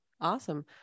awesome